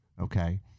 Okay